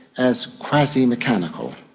as quasi-mechanical,